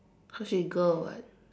so she girl or what